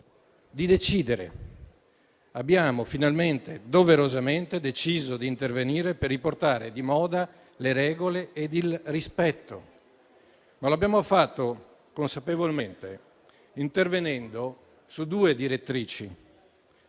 di decidere, abbiamo finalmente e doverosamente deciso di intervenire per riportare di moda le regole ed il rispetto, ma l'abbiamo fatto consapevolmente intervenendo su due direttrici: